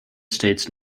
states